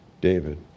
David